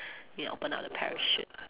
need to open up the parachute